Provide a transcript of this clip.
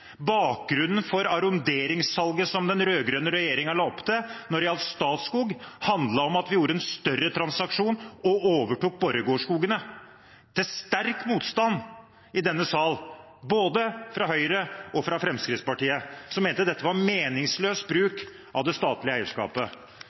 Bakgrunnen for arronderingssalget som den rød-grønne regjeringen la opp til når det gjaldt Statskog, handlet om at vi gjorde en større transaksjon og overtok Borregaard Skoger – til sterk motstand i denne salen fra både Høyre og Fremskrittspartiet, som mente dette var meningsløs bruk av det statlige eierskapet.